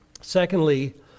Secondly